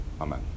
Amen